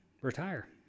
retire